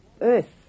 earth